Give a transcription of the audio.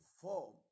form